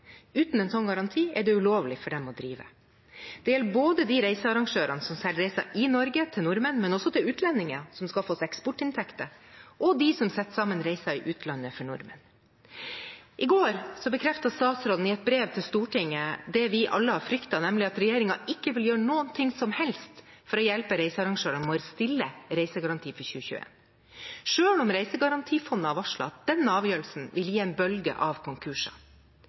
Uten en sånn garanti er det ulovlig for dem å drive. Det gjelder både de reisearrangørene som selger reiser i Norge til nordmenn og utlendinger, som skaffer oss eksportinntekter, og de som setter sammen reiser i utlandet for nordmenn. I går bekreftet statsråden i et brev til Stortinget det vi alle har fryktet, nemlig at regjeringen ikke vil gjøre noe som helst for å hjelpe reisearrangørene med å stille reisegaranti for 2021, selv om Reisegarantifondet har varslet at den avgjørelsen vil gi en bølge av konkurser.